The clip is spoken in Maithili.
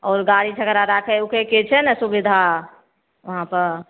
आओर गाड़ी झगड़ा राखय उखयके छै ने सुविधा उहाँपर